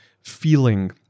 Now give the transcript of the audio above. feeling